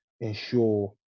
ensure